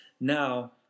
Now